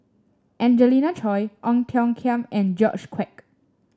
Angelina Choy Ong Tiong Khiam and George Quek